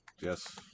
yes